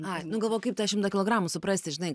ai nu galvojau kaip tą šimtą kilogramų suprasti žinai